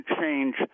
change